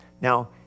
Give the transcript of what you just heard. Now